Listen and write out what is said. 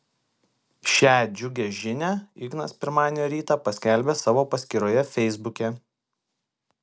šią džiugią žinią ignas pirmadienio rytą paskelbė savo paskyroje feisbuke